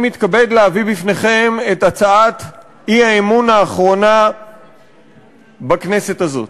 אני מתכבד להביא בפניכם את הצעת האי-אמון האחרונה בכנסת הזאת,